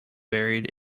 buried